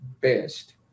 best